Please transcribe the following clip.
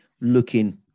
looking